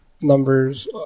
numbers